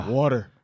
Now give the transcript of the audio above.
water